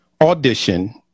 audition